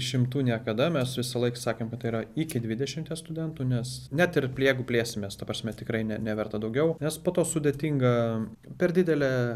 šimtų niekada mes visąlaik sakėm kad tai yra iki dvidešimties studentų nes net ir plie jeigu plėsimės ta prasme tikrai ne neverta daugiau nes po to sudėtinga per didelė